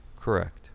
correct